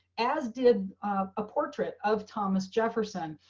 as did a portrait of thomas jefferson.